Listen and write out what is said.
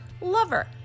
Lover